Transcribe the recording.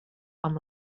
amb